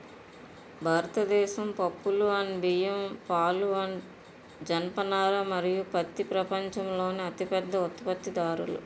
భారతదేశం పప్పులు, బియ్యం, పాలు, జనపనార మరియు పత్తి ప్రపంచంలోనే అతిపెద్ద ఉత్పత్తిదారులు